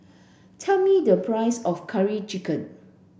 tell me the price of curry chicken